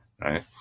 Right